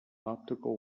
optical